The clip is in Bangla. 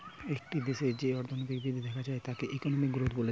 একটা দেশের যেই অর্থনৈতিক বৃদ্ধি দেখা যায় তাকে ইকোনমিক গ্রোথ বলছে